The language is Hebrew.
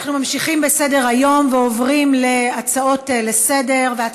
אנחנו עוברים להצעות לסדר-היום.